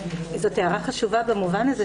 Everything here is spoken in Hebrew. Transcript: זאת הערה חשובה במובן הזה,